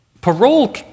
parole